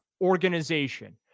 organization